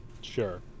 Sure